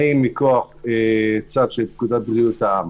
האם מכוח הצו של פקודת בריאות העם